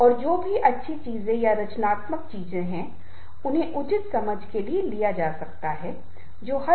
और फिर अगर उनके पास इस तरह की भावना है तो वे सम्मान दिखाएंगे वे लक्ष्य हासिल करने के लिए कुछ करने के लिए प्रेरित होंगे